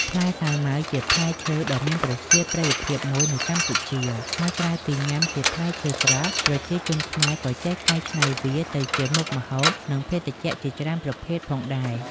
ផ្លែសាវម៉ាវ ជាផ្លែឈើដ៏មានប្រជាប្រិយភាពមួយនៅកម្ពុជា ហើយក្រៅពីញ៉ាំជាផ្លែឈើស្រស់ ប្រជាជនខ្មែរក៏ចេះកែច្នៃវាទៅជាមុខម្ហូប និងភេសជ្ជៈជាច្រើនប្រភេទផងដែរ។